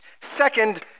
Second